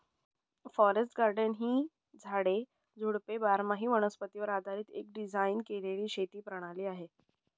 forest garden ही झाडे, झुडपे बारामाही वनस्पतीवर आधारीत एक डिझाइन केलेली शेती प्रणाली आहे